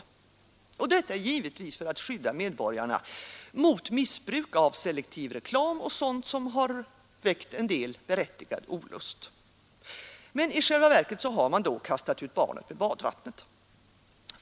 Denna bestämmelse har givetvis tillkommit för att skydda medborgarna mot missbruk av selektiv reklam och sådant, som har väckt en del berättigad olust. Men i själva verket har man då kastat ut barnet med badvattnet.